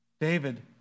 David